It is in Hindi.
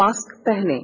मास्क पहनें